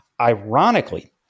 Ironically